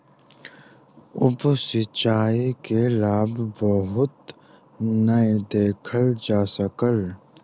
उप सिचाई के लाभ बहुत नै देखल जा सकल